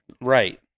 Right